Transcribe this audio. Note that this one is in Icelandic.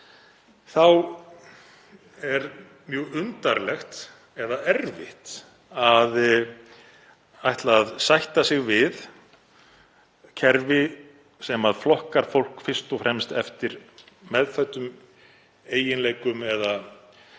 Það er mjög undarlegt eða erfitt að ætla að sætta sig við kerfi sem flokkar fólk fyrst og fremst eftir meðfæddum eiginleikum eða